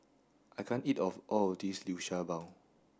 I can't eat all of this Liu Sha Bao